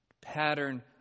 pattern